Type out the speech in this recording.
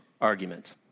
argument